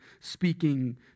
speaking